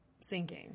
sinking